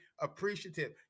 appreciative